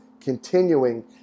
continuing